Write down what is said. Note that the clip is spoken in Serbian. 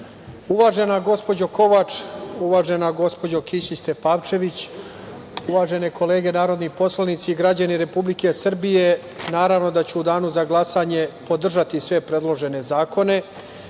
gospođo Kovač, uvažena gospođo Kisić Tepavčević, uvažene kolege narodni poslanici, građani Republike Srbije, naravno da ću u danu za glasanje podržati sve predložene zakone. Sve